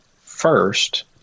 first